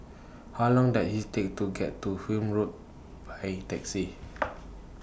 How Long Does IT Take to get to Welm Road By Taxi